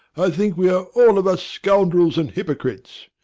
i think we are all of us scoundrels and hypocrites.